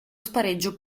spareggio